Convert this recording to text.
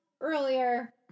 earlier